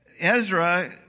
Ezra